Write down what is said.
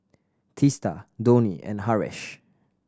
Teesta Dhoni and Haresh